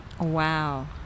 Wow